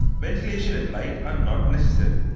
ventilation and light are not necessary.